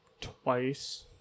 twice